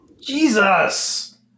Jesus